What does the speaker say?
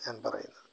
ഞാൻ പറയുന്നത്